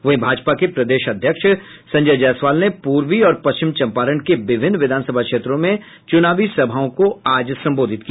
वहीं भाजपा के प्रदेश अध्यक्ष संजय जायसवाल ने पूर्वी और पश्चिम चंपारण के विभिन्न विधानसभा क्षेत्रों में चूनावी सभाओं को संबोधित किया